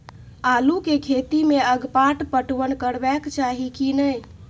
आलू के खेती में अगपाट पटवन करबैक चाही की नय?